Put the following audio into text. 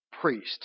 priest